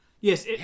Yes